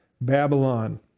Babylon